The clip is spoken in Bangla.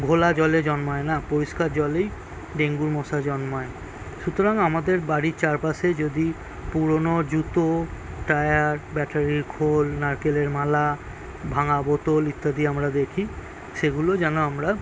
ঘোলা জলে জন্মায় না পরিষ্কার জলেই ডেঙ্গুর মশা জন্মায় সুতরাং আমাদের বাড়ির চারপাশে যদি পুরোনো জুতো টায়ার ব্যাটারির খোল নারকেলের মালা ভাঙা বোতল ইত্যাদি আমরা দেখি সেগুলো যেন আমরা